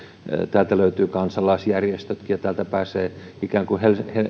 täältä löytyvät kansalaisjärjestötkin ja helsingistä pääsee eurooppaan ikään kuin